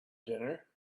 dinner